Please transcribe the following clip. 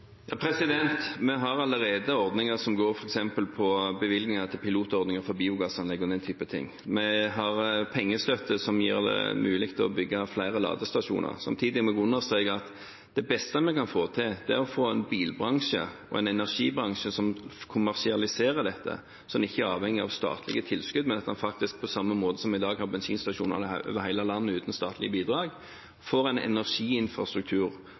Vi har allerede ordninger med f.eks. bevilgninger til pilotordninger for biogassanlegg og den type ting. Vi har pengestøtte som gjør det mulig å bygge flere ladestasjoner. Samtidig må jeg understreke at det beste vi kan få til, er å få en bilbransje og en energibransje som kommersialiserer dette, så en ikke er avhengig av statlige tilskudd, men at en faktisk på samme måte som i dag har bensinstasjoner over hele landet uten statlige bidrag og får en energiinfrastruktur